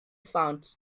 found